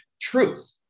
truth